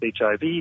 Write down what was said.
HIV